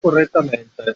correttamente